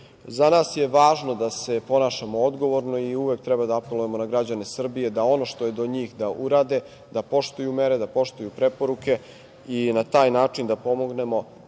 nas je važno da se ponašamo odgovorno i uvek treba da apelujemo na građane Srbije da ono što je do njih da urade, da poštuju mere, da poštuju preporuke i na taj način da pomognemo,